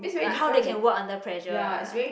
like how they can work under pressure ah